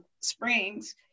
Springs